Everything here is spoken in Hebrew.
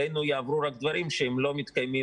אלינו יעברו רק דברים שלא מתקיימים